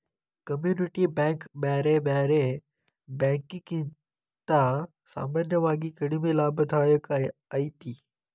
community bank ಬ್ಯಾರೆ ಬ್ಯಾರೆ ಬ್ಯಾಂಕಿಕಿಗಿಂತಾ ಸಾಮಾನ್ಯವಾಗಿ ಕಡಿಮಿ ಲಾಭದಾಯಕ ಐತಿ